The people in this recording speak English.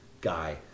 guy